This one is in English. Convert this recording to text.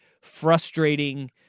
frustrating